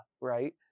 right